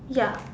ya